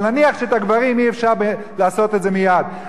אבל נניח שאת הגברים, אי-אפשר לעשות את זה מייד.